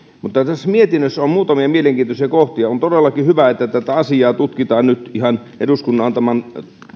tässä mietinnössä on muutamia mielenkiintoisia kohtia on todellakin hyvä että tätä asiaa tutkitaan nyt ihan eduskunnan antaman